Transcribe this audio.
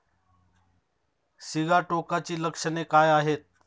सिगाटोकाची लक्षणे काय आहेत?